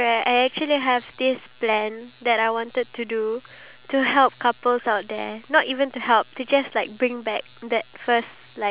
and at the end of the three days the wife actually has a decision to make whether or not the wife um is able to go on a date with the guy